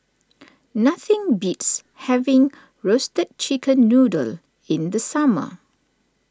nothing beats having Roasted Chicken Noodle in the summer